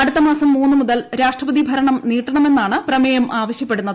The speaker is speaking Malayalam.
അടുത്തമാസം മൂന്ന് മുതൽ രാഷ്ട്രപതി ഭരണം നീട്ടണമെന്നാണ് പ്രമേയം ആവശ്യപ്പെടുന്നത്